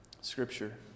Scripture